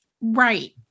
right